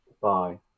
Bye